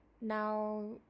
now